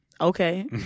okay